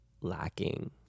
lacking